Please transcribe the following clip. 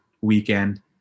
weekend